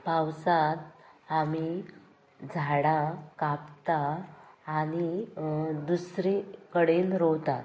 पावसांत आमी झाडां कापतात आनी दुसरीं कडेन रोंयतात